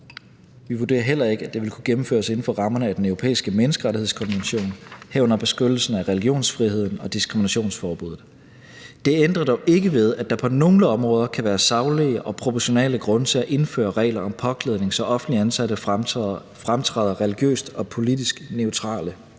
Vi vurderer heller ikke, at det vil kunne gennemføres inden for rammerne af den europæiske menneskerettighedskonvention, herunder beskyttelsen af religionsfriheden og diskriminationsforbuddet. Det ændrer dog ikke ved, at der på nogle områder kan være saglige og proportionale grunde til at indføre regler om påklædning, så offentligt ansatte fremtræder religiøst og politisk neutrale.